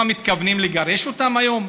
מה, מתכוונים לגרש אותם היום?